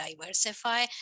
diversify